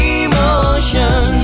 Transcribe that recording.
emotion